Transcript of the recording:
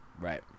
right